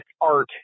art